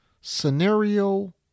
Scenario